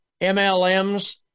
MLMs